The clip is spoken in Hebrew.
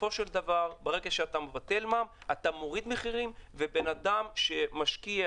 ברגע שאתה מבטל מע"מ אתה מוריד מחירים ובן אדם שמשקיע